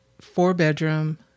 four-bedroom